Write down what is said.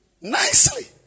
Nicely